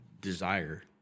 desire